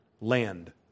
land